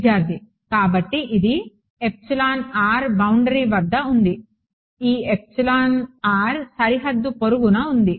విద్యార్థి కాబట్టి ఇది బౌండరీ వద్ద ఉంది ఈ సరిహద్దు పొరుగున ఉంది